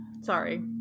sorry